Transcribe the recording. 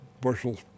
bushels